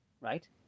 Right